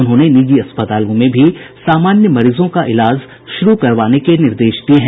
उन्होंने निजी अस्पतालों में भी सामान्य मरीजों का इलाज शुरू करवाने के निर्देश दिये हैं